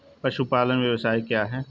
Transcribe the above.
पशुपालन व्यवसाय क्या है?